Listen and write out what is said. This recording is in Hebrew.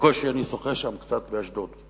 בקושי אני שוחה שם קצת באשדוד,